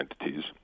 entities